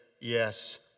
yes